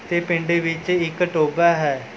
ਅਤੇ ਪਿੰਡ ਵਿੱਚ ਇੱਕ ਟੋਬਾ ਹੈ